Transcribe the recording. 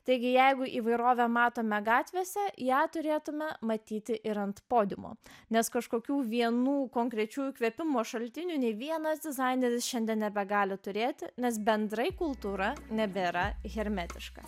taigi jeigu įvairovę matome gatvėse ją turėtumėme matyti ir ant podiumo nes kažkokių vienų konkrečių įkvėpimo šaltinių ne vienas dizaineris šiandien nebegali turėti nes bendrai kultūra nebėra hermetiška